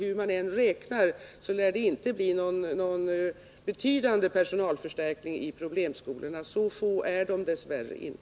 Hur man än räknar lär det inte bli någon betydande personalförstärkning i problemskolorna — så få är dessa tyvärr inte.